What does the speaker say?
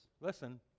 Listen